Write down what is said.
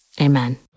Amen